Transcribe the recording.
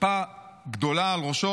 כיפה גדולה על ראשו.